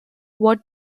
what